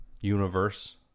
universe